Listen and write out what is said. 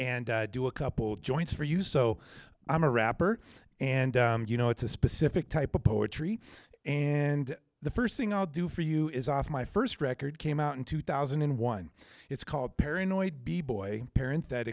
and do a couple joints for you so i'm a rapper and you know it's a specific type of poetry and the st thing i'll do for you is off my st record came out in two thousand and one it's called paranoid b boy parent that